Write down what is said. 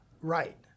Right